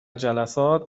جلسات